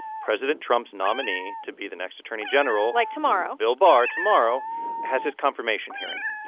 president trump's nominee to be the next attorney general. like tomorrow. bill barr tomorrow has his confirmation hearing.